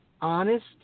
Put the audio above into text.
honest